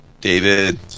David